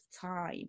time